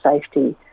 safety